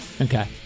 Okay